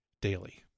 daily